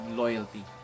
loyalty